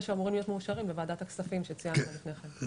שאמורים להיות מאושרים בוועדת הכספים שציינת לפני כן.